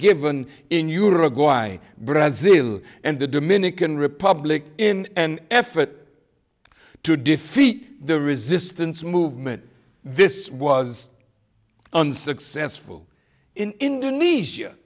given in europe go i brazil and the dominican republic in an effort to defeat the resistance movement this was unsuccessful in indonesia